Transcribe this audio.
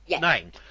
name